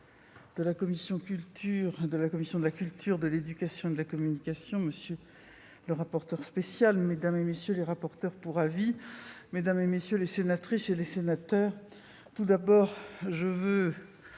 de la commission de la culture, de l'éducation et de la communication, monsieur le rapporteur spécial, madame, messieurs les rapporteurs pour avis, mesdames, messieurs les sénatrices et sénateurs, tout d'abord, je veux